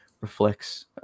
reflects